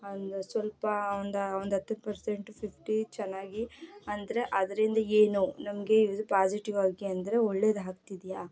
ಅಂದು ಸ್ವಲ್ಪ ಒಂದು ಒಂದು ಹತ್ತತ್ತು ಪೆರ್ಸೆಂಟು ಫಿಫ್ಟಿ ಚೆನ್ನಾಗಿ ಅಂದರೆ ಅದರಿಂದ ಏನು ನಮಗೆ ಪಾಸಿಟಿವಾಗಿ ಅಂದರೆ ಒಳ್ಳೆಯದಾಗ್ತಿದ್ಯಾ